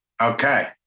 Okay